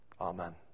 Amen